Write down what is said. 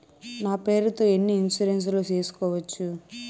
నా పేరుతో ఎన్ని ఇన్సూరెన్సులు సేసుకోవచ్చు?